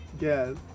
Yes